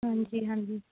ਹਾਂਜੀ ਹਾਂਜੀ